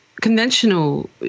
conventional